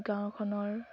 গাঁওখনৰ